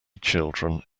children